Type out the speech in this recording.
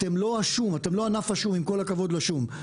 אתם לא ענף השום עם כל הכבוד לשום.